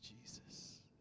Jesus